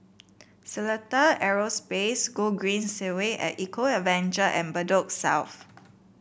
Seletar Aerospace Gogreen Segway at Eco Adventure and Bedok South